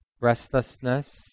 Restlessness